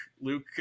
Luke